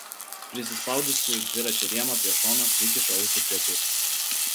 prisispaudusi dviračio rėmą prie šono prikišu ausį prie durų